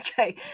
Okay